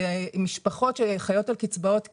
למשפחות שחיות על קצבאות קיום,